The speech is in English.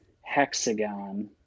hexagon